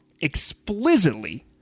explicitly